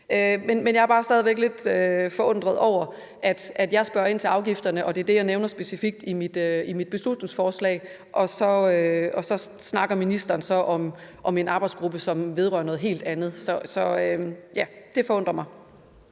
Men jeg er bare stadig væk lidt forundret over, at jeg spørger ind til afgifterne, og det er det, jeg nævner specifikt i mit beslutningsforslag, og så snakker ministeren så om en arbejdsgruppe, som vedrører noget helt andet. Så ja, det forundrer mig.